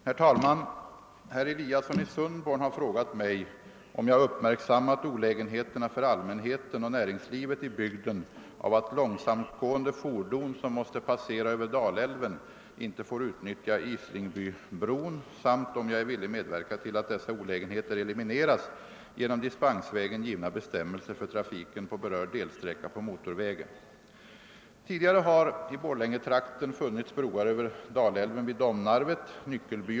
Herr talman! Herr Eliasson i Sundborn har frågat mig, om jag uppmärksammat olägenheterna för allmänheten och näringslivet i bygden av att långsamtgående fordon, som måste passera över Dalälven icke får utnyttja Islingbybron, samt om jag är villig medverka till att dessa olägenheter elimineras genom dispensvägen givna bestämmelser för trafiken på berörd delsträcka på motorvägen.